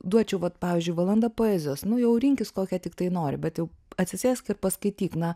duočiau vat pavyzdžiui valanda poezijos nu jau rinkis kokią tiktai nori bet jau atsisėsk ir paskaityk na